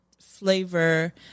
flavor